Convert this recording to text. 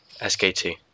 SKT